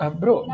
bro